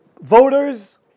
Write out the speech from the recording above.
voters